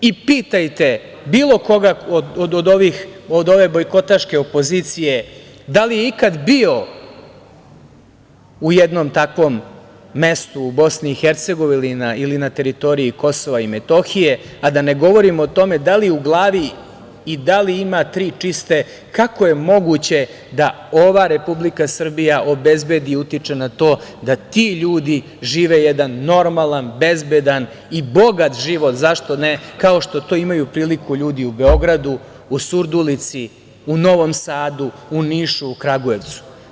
Pitajte bilo koga od ove bojkotaške opozicije da li je ikada bio u jednom takvom mestu u BiH ili na teritoriji KiM, a da ne govorimo o tome da li u glavi i da li ima tri čiste, kako je moguće da ova Republika Srbija obezbedi i utiče na to da ti ljudi žive jedan normalan, bezbedan i bogat život, zašto ne, kao što to imaju priliku ljudi u Beogradu, u Surdulici, u Novom Sadu, u Nišu, u Kragujevcu.